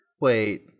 Wait